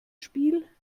spiel